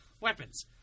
weapons